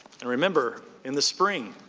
and remember in the spring,